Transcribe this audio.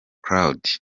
claude